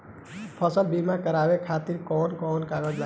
फसल बीमा करावे खातिर कवन कवन कागज लगी?